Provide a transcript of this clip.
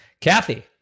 Kathy